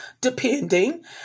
depending